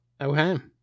Okay